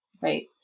Right